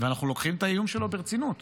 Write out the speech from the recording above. ואנחנו לוקחים את האיום שלו ברצינות.